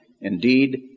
Indeed